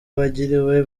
bagiriwe